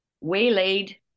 waylaid